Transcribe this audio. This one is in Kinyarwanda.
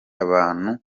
abantu